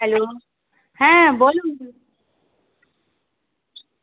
hello হ্যাঁ বলুন